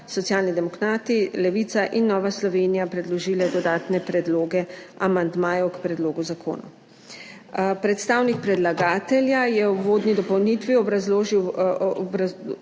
Socialni demokrati, Levica in Nova Slovenija predložile dodatne predloge amandmajev k predlogu zakona. Predstavnik predlagatelja je v uvodni dopolnitvi obrazložil,